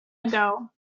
ago